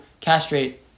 castrate